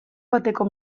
bateko